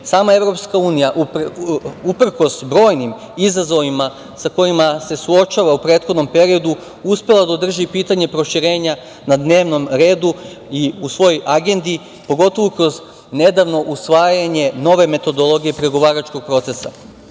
sama EU, uprkos brojnim izazovima sa kojima se suočava u prethodnom periodu, uspela da održi pitanje proširenja na dnevnom redu u svojoj agendi, pogotovo kroz nedavno usvajanje nove metodologije pregovaračkog procesa. Kada